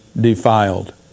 defiled